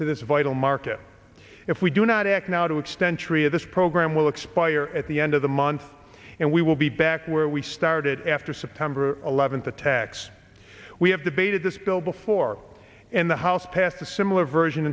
to this vital market if we do not act now to extend tree of this program will expire at the end of the month and we will be back where we started after september eleventh attacks we have debated this bill before in the house passed a similar version